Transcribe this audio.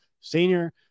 senior